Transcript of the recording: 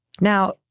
Now